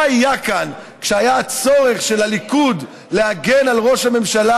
מה היה כאן כשהיה הצורך של הליכוד להגן על ראש הממשלה